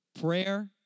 prayer